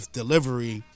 delivery